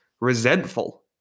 resentful